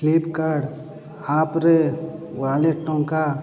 flip card ଆପ୍ରେ wallet ଟଙ୍କା